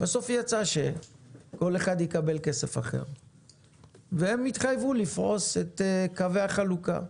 בסוף יצא שכל אחד יקבל כסף אחר והם יתחייבו לפרוס את קווי החלוקה.